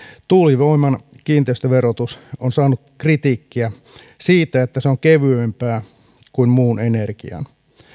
tuulivoiman kiinteistöverotus on saanut kritiikkiä siitä että se on kevyempää kuin muun energian